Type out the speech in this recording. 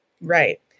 Right